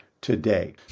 today